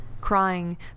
Crying